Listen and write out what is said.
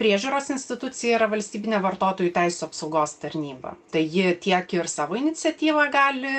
priežiūros institucija yra valstybinė vartotojų teisių apsaugos tarnyba tai ji tiek ir savo iniciatyva gali